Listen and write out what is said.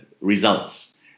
results